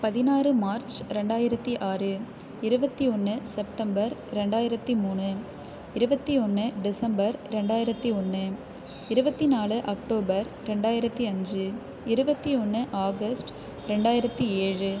பதினாறு மார்ச் ரெண்டாயிரத்தி ஆறு இருபத்தி ஒன்று செப்டம்பர் ரெண்டாயிரத்தி மூணு இருபத்தி ஒன்று டிசம்பர் ரெண்டாயிரத்தி ஒன்று இருபத்தி நாலு அக்டோபர் ரெண்டாயிரத்தி அஞ்சு இருபத்தி ஒன்று ஆகஸ்ட் ரெண்டாயிரத்தி ஏழு